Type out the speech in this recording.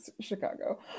Chicago